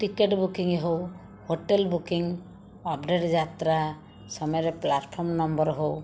ticket booking ହେଉ hotel booking update ଯାତ୍ରା ସମୟରେ ପ୍ଲାଟ୍ଫର୍ମ ନମ୍ବର ହେଉ